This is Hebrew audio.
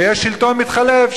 ויש שלטון מתחלף,